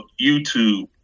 YouTube